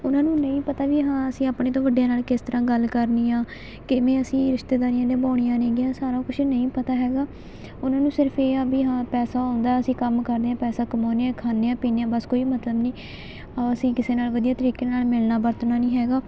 ਉਹਨਾਂ ਨੂੰ ਨਹੀਂ ਪਤਾ ਵੀ ਹਾਂ ਅਸੀਂ ਆਪਣੇ ਤੋਂ ਵੱਡਿਆਂ ਨਾਲ ਕਿਸ ਤਰ੍ਹਾਂ ਗੱਲ ਕਰਨੀ ਆ ਕਿਵੇਂ ਅਸੀਂ ਰਿਸ਼ਤੇਦਾਰੀਆਂ ਨਿਭਾਉਣੀਆਂ ਨੇਗੀਆਂ ਸਾਰਾ ਕੁਛ ਨਹੀਂ ਪਤਾ ਹੈਗਾ ਉਹਨਾਂ ਨੂੰ ਸਿਰਫ ਇਹ ਆ ਵੀ ਹਾਂ ਪੈਸਾ ਆਉਂਦਾ ਅਸੀਂ ਕੰਮ ਕਰਦੇ ਹਾਂ ਪੈਸਾ ਕਮਾਉਂਦੇ ਖਾਂਦੇ ਹਾਂ ਪੀਂਦੇ ਹਾਂ ਬਸ ਕੋਈ ਮਤਲਬ ਨਹੀਂ ਅਸੀਂ ਕਿਸੇ ਨਾਲ ਵਧੀਆ ਤਰੀਕੇ ਨਾਲ ਮਿਲਣਾ ਵਰਤਣਾ ਨਹੀਂ ਹੈਗਾ